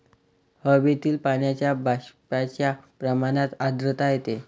हवेतील पाण्याच्या बाष्पाच्या प्रमाणात आर्द्रता येते